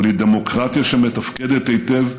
אבל היא דמוקרטיה שמתפקדת היטב,